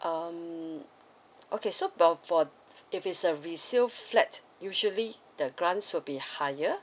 um okay so um for if it's a resale flat usually the grants would be higher